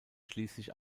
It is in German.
schließlich